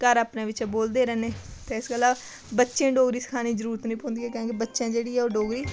घर अपने बिच्चै बोलदे रौह्ने ते इस गल्ला बच्चे डोगरी सखाने दी जरूरत नेईं पौंदी कैं कि बच्चें जेह्ड़ी ऐ ओह् डोगरी